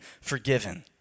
forgiven